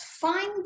find